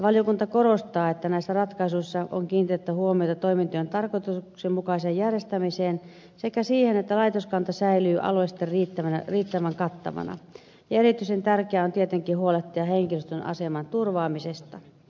valiokunta korostaa että näissä ratkaisuissa on kiinnitettävä huomiota toimintojen tarkoituksenmukaiseen järjestämiseen sekä siihen että laitoskanta säilyy alueellisesti riittävän kattavana ja erityisen tärkeää on tietenkin huolehtia henkilöstön aseman turvaamisesta